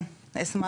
כן, אשמח.